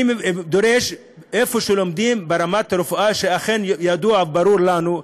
אני דורש שאיפה שלומדים ברמת רפואה שאכן ידוע וברור לנו,